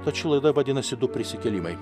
tad ši laida vadinasi du prisikėlimai